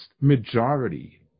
majority